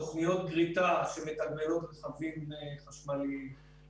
תוכניות גריטה שמתגמלות רכבים חשמליים,